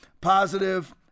positive